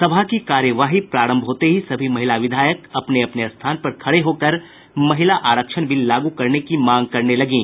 सभा की कार्यवाही प्रारंभ होते ही सभी महिला विधायक अपने अपने स्थान से खड़े होकर महिला आरक्षण बिल लागू करने की मांग करने लगीं